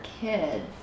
kids